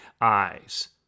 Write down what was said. eyes